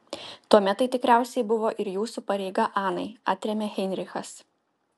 tuomet tai tikriausiai buvo ir jūsų pareiga anai atrėmė heinrichas